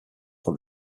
that